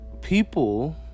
People